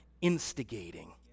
instigating